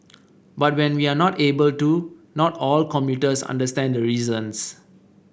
but when we are not able to not all commuters understand the reasons